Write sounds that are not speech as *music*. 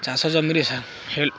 ଚାଷ ଜମିରେ *unintelligible*